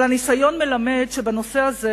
אבל הניסיון מלמד שבנושא הזה,